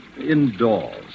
indoors